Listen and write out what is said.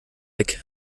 weg